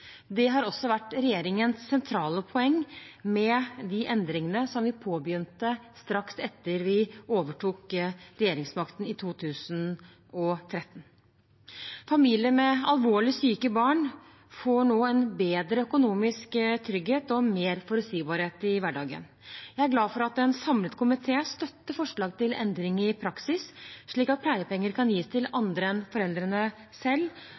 det vi har hatt tidligere. Det har også vært regjeringens sentrale poeng med de endringene som vi påbegynte straks etter at vi overtok regjeringsmakten i 2013. Familier med alvorlig syke barn får nå større økonomisk trygghet og forutsigbarhet i hverdagen. Jeg er glad for at en samlet komité støtter forslag til endring i praksis, slik at pleiepenger kan gis til andre enn foreldrene selv,